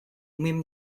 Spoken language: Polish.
umiem